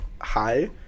hi